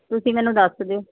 ਤੁਸੀਂ ਮੈਨੂੰ ਦੱਸ ਦਿਓ